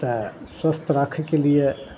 तऽ स्वस्थ राखयके लिये